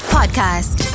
Podcast